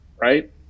right